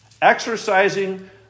exercising